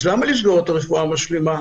אז למה לסגור את הרפואה המשלימה?